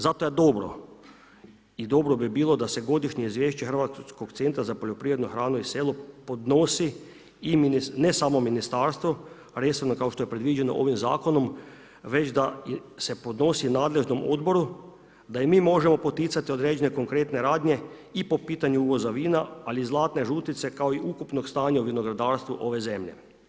Zato je dobro i dobro bi bilo da se godišnje izvješće hrvatskog centra za poljoprivrednu hranu i selo podnosi ne samo ministarstvu resornom kao što je predviđeno ovim zakonom, već da se podnosi nadležnom odboru da i mi možemo poticati određene konkretne radnje i po pitanju uvoza vina, ali i zlatne žutice kao i ukupnog stanja u vinogradarstvu ove zemlje.